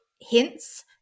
hints